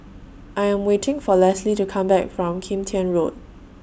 I Am waiting For Leslee to Come Back from Kim Tian Road